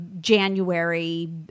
January